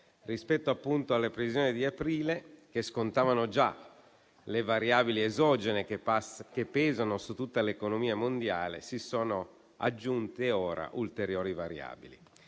Rispetto appunto alle previsioni di aprile, che scontavano già le variabili esogene che pesano su tutta l'economia mondiale, si sono aggiunte ora ulteriori variabili.